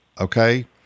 Okay